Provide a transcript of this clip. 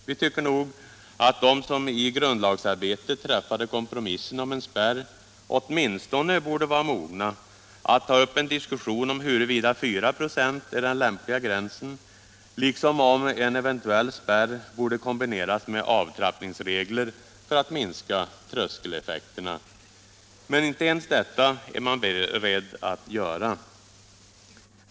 Vi tycker nog att de som i grundlagsarbetet träffade kompromissen om en spärr åtminstone borde vara mogna att ta upp en diskussion om huruvida 4 96 är den lämpliga gränsen, liksom om en eventuell spärr borde kombineras med avtrappningsregler för att minska tröskeleffekterna. Men inte ens detta är man beredd att göra.